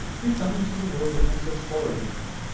we come to the wilderness of coradine,